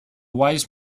wise